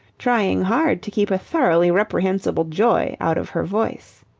trying hard to keep a thoroughly reprehensible joy out of her voice.